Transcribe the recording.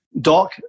Doc